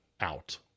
out